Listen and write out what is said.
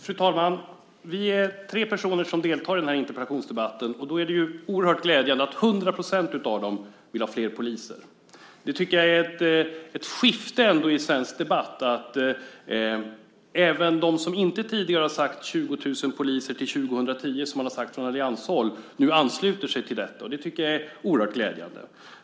Fru talman! Vi är tre personer som deltar i den här interpellationsdebatten, och det är oerhört glädjande att 100 % av oss vill ha fler poliser. Jag tycker att det är ett skifte i svensk debatt att även de som inte tidigare har sagt "20 000 poliser till 2010", som man har sagt från allianshåll, nu ansluter sig till detta. Det är oerhört glädjande.